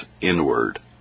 inward